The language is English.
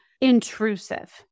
intrusive